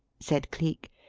said cleek.